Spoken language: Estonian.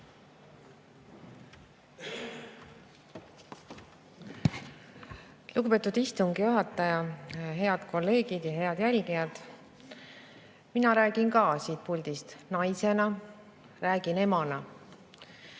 Lugupeetud istungi juhataja! Head kolleegid ja head jälgijad! Mina räägin ka siit puldist naisena, räägin emana.